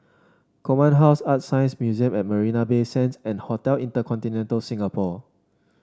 Command House ArtScience Museum at Marina Bay Sands and Hotel InterContinental Singapore